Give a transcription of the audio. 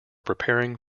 preparing